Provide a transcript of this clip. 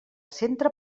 centre